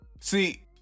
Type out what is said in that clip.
see